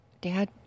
Dad